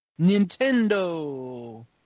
Nintendo